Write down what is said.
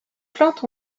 plantes